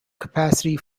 capacity